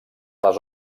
les